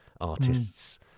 artists